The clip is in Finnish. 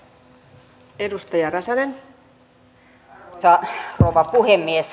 arvoisa rouva puhemies